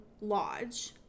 lodge